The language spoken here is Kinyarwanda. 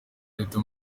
leta